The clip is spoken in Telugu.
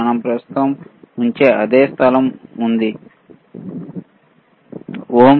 మనం ప్రస్తుతం ఉంచే అదే స్థలం